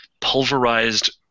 pulverized